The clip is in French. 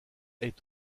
est